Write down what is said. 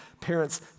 parents